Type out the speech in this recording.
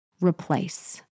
replace